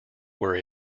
were